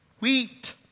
wheat